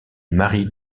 marie